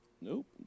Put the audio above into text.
nope